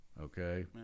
Okay